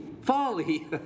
folly